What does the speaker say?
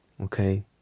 Okay